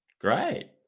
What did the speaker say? Great